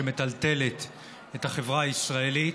שמטלטלת את החברה הישראלית.